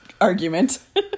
argument